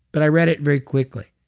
but i read it very quickly.